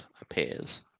appears